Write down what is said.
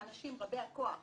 הוא מפחד מהאנשים רבי הכוח,